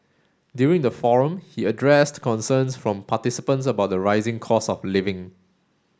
during the forum he addressed concerns from participants about the rising cost of living